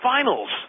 Finals